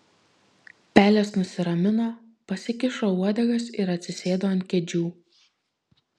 pelės nusiramino pasikišo uodegas ir atsisėdo ant kėdžių